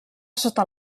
sota